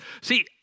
See